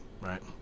Right